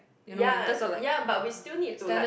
ya ya but we still need to like